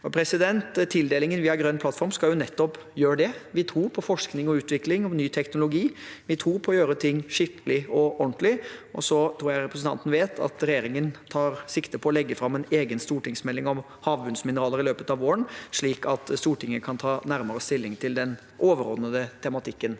Tildelingen via Grønn plattform skal nettopp gjøre det. Vi tror på forskning og utvikling av ny teknologi. Vi tror på å gjøre ting skikkelig og ordentlig. Så tror jeg representanten vet at regjeringen tar sikte på å legge fram en egen stortingsmelding om havbunnsmineraler i løpet av våren, slik at Stortinget kan ta nærmere stilling til den overordnede tematikken